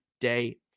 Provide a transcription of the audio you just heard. day